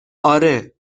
آره